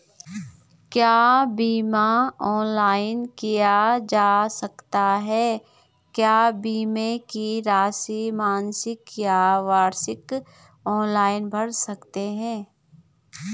क्या बीमा ऑनलाइन किया जा सकता है क्या बीमे की राशि मासिक या वार्षिक ऑनलाइन भर सकते हैं?